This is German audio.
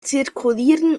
zirkulieren